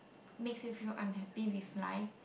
makes you feel unhappy with life